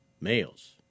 males